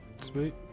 Sweet